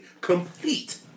complete